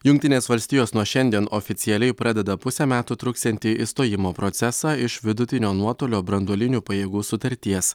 jungtinės valstijos nuo šiandien oficialiai pradeda pusę metų truksiantį išstojimo procesą iš vidutinio nuotolio branduolinių pajėgų sutarties